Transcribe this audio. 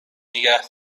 نگه